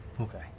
Okay